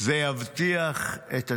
--- זה יבטיח את הדמוקרטיה".